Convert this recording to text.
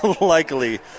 Likely